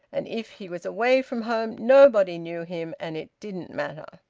and if he was away from home nobody knew him and it didn't matter.